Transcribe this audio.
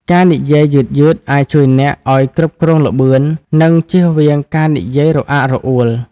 ការនិយាយយឺតៗអាចជួយអ្នកឱ្យគ្រប់គ្រងល្បឿន និងជៀសវាងការនិយាយរអាក់រអួល។